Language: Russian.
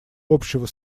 общего